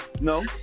No